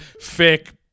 fake